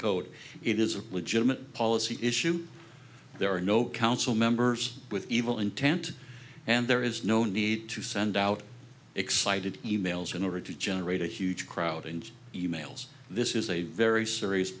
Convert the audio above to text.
code it is a legitimate policy issue there are no council members with evil intent and there is no need to send out excited e mails in order to generate a huge crowd in emails this is a very serious